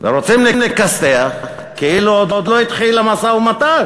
ורוצים לכסתח כאילו עוד לא התחיל המשא-והמתן,